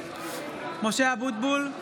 (קוראת בשמות חברי הכנסת) משה אבוטבול,